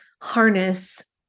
harness